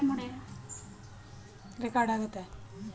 ಅಸ್ಸಾಂ ಚಹಾ ಮತ್ತು ಡಾರ್ಜಿಲಿಂಗ್ ಚಹಾನ ಅತೀ ಹೆಚ್ಚಾಗ್ ಭಾರತದಲ್ ಬೆಳಿತರೆ